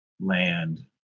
land